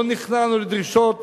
לא נכנענו לדרישות